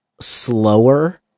slower